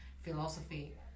philosophy